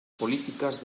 políticas